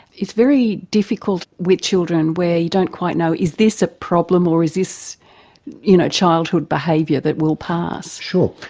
it's very difficult with children where you don't quite know, is this a problem or is this you know childhood behaviour that will pass? sure,